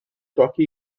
toque